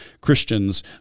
Christians